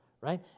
right